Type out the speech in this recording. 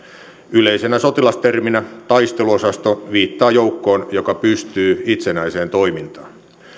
yleisenä sotilasterminä taisteluosasto viittaa joukkoon joka pystyy itsenäiseen toimintaan